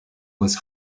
was